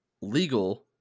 legal—